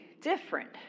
different